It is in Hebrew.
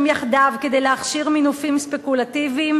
יחדיו כדי להכשיר מינופים ספקולטיביים,